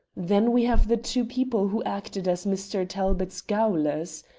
then we have the two people who acted as mr. talbot's gaolers.